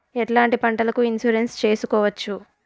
ఎట్లాంటి పంటలకు ఇన్సూరెన్సు చేసుకోవచ్చు?